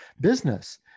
business